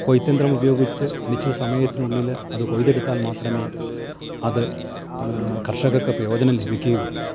കൊയ്ത്ത് യന്ത്രമുപയോഗിച്ച് നിശ്ചിത സമയത്തിനുള്ളില് അത് കൊയ്തെടുത്താൽ മാത്രമേ അത് കർഷകർക്ക് പ്രയോജനം ലഭിക്കുകയുള്ളു